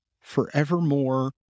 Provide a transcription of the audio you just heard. forevermore